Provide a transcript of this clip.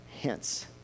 hence